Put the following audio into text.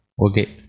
Okay